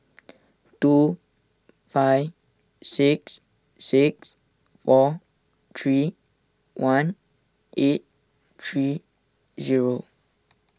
two five six six four three one eight three zero